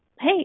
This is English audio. Hey